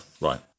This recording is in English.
right